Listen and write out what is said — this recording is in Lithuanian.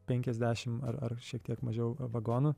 penkiasdešimt ar ar šiek tiek mažiau vagonų